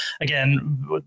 again